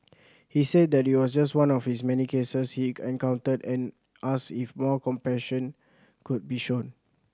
he said that it was just one of its many cases he encountered and asked if more compassion could be shown